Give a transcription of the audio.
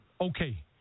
okay